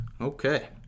Okay